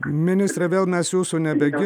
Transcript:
ministre vėl mes jūsų nebegir